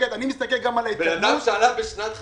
אדם שעלה בשנת 1954,